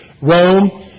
Rome